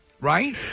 Right